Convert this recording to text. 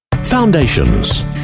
Foundations